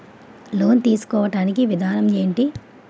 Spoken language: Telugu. లోన్ తీసుకోడానికి విధానం ఏంటి?